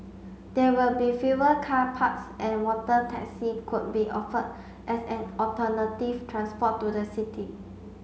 there will be fewer car parks and water taxi could be offered as an alternative transport to the city